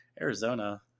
Arizona